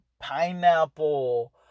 Pineapple